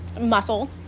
muscle